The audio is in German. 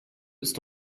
ist